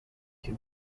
too